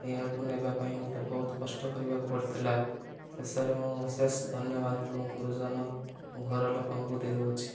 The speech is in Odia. ଏହାକୁ ନେବା ପାଇଁ ମୋତେ ବହୁତ କଷ୍ଟ କରିବାକୁ ପଡ଼ିଥିଲା ଶେଷରେ ମୁଁ ଅଶେଷ ଧନ୍ୟବାଦ ମୋ' ଗୁରୁଜନ ଓ ଘରଲୋକଙ୍କୁ ଦେଉଅଛି